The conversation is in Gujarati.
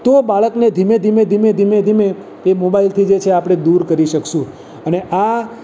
તો બાળકને ધીમે ધીમે ધીમે ધીમે ધીમે એ મોબાઈલથી જે છે આપણે દૂર કરી શકીશું અને આ